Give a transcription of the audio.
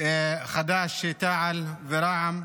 חד"ש-תע"ל ורע"מ,